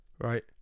right